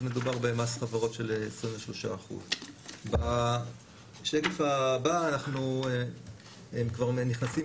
אז מדובר במס חברות של 23%. בשקף הבא אנחנו כבר נכנסים